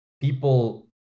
people